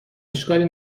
اشکالی